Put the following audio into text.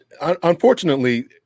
unfortunately